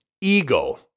Ego